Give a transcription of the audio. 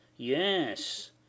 Yes